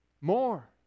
More